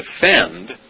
defend